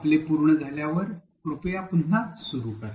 आपले पूर्ण झाल्यावर कृपया पुन्हा सुरू करा